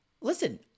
listen